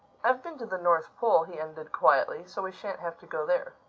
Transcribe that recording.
i've been to the north pole, he ended quietly, so we shan't have to go there.